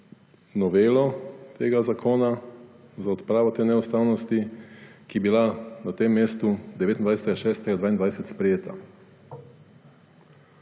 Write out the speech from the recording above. novelo tega zakona za odpravo te neustavnosti, ki je bila na tem mestu 29. 6. 2022 sprejeta.